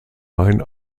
main